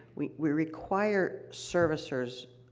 we we require servicers,